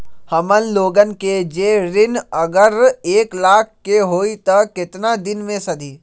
हमन लोगन के जे ऋन अगर एक लाख के होई त केतना दिन मे सधी?